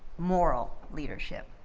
moral leadership.